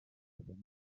kagame